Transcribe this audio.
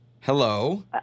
Hello